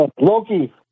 Loki